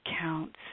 counts